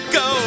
go